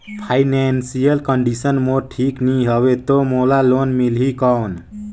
Financial condition मोर ठीक नी हवे तो मोला लोन मिल ही कौन??